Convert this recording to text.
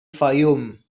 fayoum